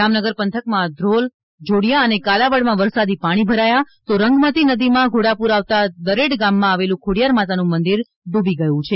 જામનગર પંથકમાં ધ્રોલ જોડિયા અને કાલાવડમાં વરસાદી પાણી ભરાયા છે તો રંગમતી નદીમાં ઘોડાપૂર આવતા દરેડ ગામમાં આવેલું ખોડિયાર માતાનું મંદિર ડૂબી ગયું છે